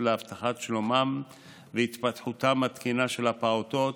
להבטחת שלומם והתפתחותם התקינה של הפעוטות